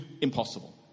impossible